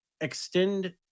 extend